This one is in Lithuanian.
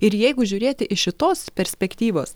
ir jeigu žiūrėti iš šitos perspektyvos